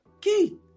key